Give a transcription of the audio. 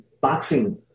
boxing